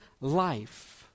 life